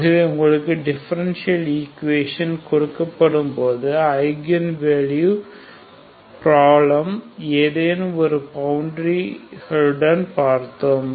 ஆகவே உங்களுக்கு differential equation கொடுக்கப்படும்போது ஐகன் வேல்யூ பிராஃப்லம் ஏதெனும் ஒரு பவுண்டரி கண்டிஷன்களுடன் பார்த்தோம்